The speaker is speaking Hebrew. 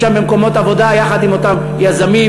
שם במקומות עבודה יחד עם אותם יזמים.